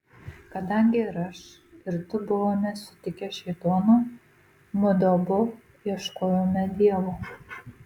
kadangi ir aš ir tu buvome sutikę šėtoną mudu abu ieškojome dievo